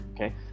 Okay